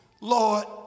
Lord